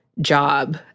job